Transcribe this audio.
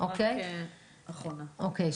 בבקשה.